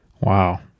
Wow